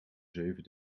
zeven